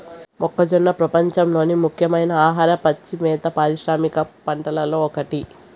మొక్కజొన్న ప్రపంచంలోని ముఖ్యమైన ఆహార, పచ్చి మేత పారిశ్రామిక పంటలలో ఒకటి